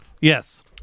Yes